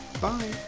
Bye